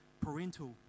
parental